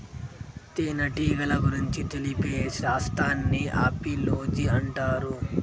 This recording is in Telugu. తేనెటీగల గురించి తెలిపే శాస్త్రాన్ని ఆపిలోజి అంటారు